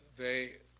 they